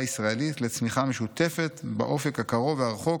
ישראלית לצמיחה משותפת באופק הקרוב והרחוק,